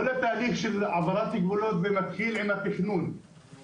כל התהליך של העברת גבולות במקביל עם התכנון,